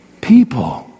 People